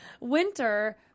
Winter